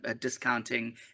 discounting